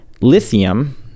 lithium